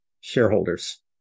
shareholders